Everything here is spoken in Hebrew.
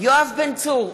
יואב בן צור,